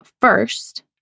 First